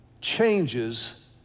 changes